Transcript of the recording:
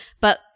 But-